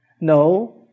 No